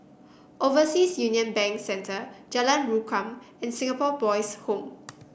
Overseas Union Bank Centre Jalan Rukam and Singapore Boys' Home